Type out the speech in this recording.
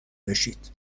بشید